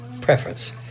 preference